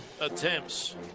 attempts